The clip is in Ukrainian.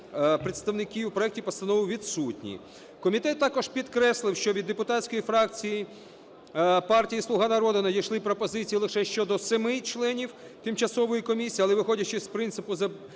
представники в проекті постанови відсутні. Комітет також підкреслив, що від депутатської фракції партії "Слуга народу" надійшли пропозиції лише щодо 7 членів тимчасової комісії. Але, виходячи з принципу